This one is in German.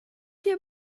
hier